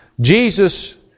Jesus